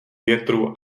větru